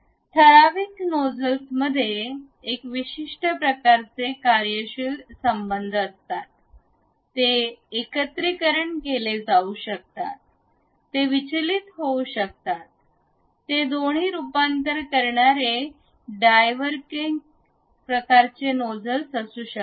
ठराविक नोझल्समध्ये एक विशिष्ट प्रकारचे कार्यशील संबंध असतात ते एकत्रीकरण केले जाऊ शकतात ते विचलित होऊ शकतात ते दोन्ही रूपांतर करणारे डायव्हर्किंग प्रकारचे नोजल असू शकतात